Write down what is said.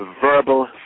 verbal